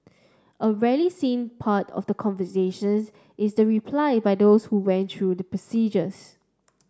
a rarely seen part of the conversations is the replies by those who went through the procedures